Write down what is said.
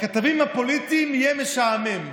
לכתבים הפוליטיים יהיה משעמם.